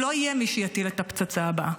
לא יהיה מי שיטיל את הפצצה הבאה.